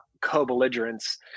co-belligerence